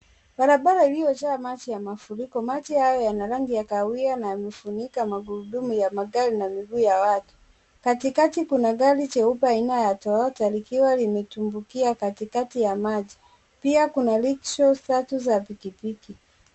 Barabara iliyojaa maji ya mafuriko. Maji hayo yana rangi ya kahawia na yamefunika magurudumu ya magari na miguu ya watu. Katikati kuna gari jeupe aina ya Toyota likiwa limetumbukia katikati ya maji. Pia kuna leak shows tatu za pikipiki.